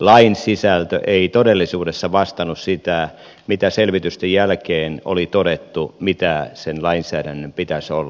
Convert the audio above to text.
lain sisältö ei todellisuudessa vastannut sitä mitä selvitysten jälkeen oli todettu mitä sen lainsäädännön pitäisi olla